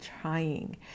trying